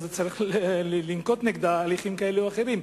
צריך לנקוט נגדה הליכים כאלה או אחרים.